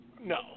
No